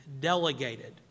delegated